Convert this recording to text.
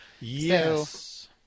Yes